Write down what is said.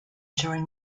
during